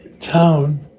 town